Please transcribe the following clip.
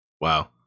Wow